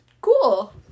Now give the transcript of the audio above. Cool